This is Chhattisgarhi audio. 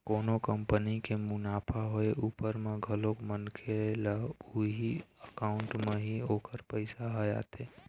कोनो कंपनी के मुनाफा होय उपर म घलोक मनखे ल उही अकाउंट म ही ओखर पइसा ह आथे